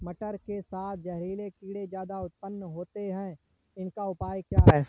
मटर के साथ जहरीले कीड़े ज्यादा उत्पन्न होते हैं इनका उपाय क्या है?